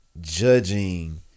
judging